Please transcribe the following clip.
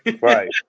Right